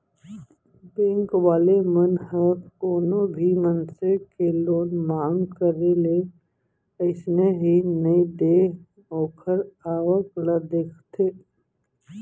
bank वाले मन ह कोनो भी मनसे के लोन मांग करे ले अइसने ही नइ दे ओखर आवक ल देखथे